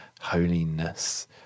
holiness